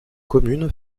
commune